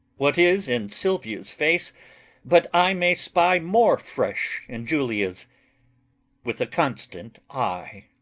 what is in silvia's face but i may spy more fresh in julia's with a constant eye?